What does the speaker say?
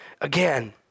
again